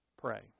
pray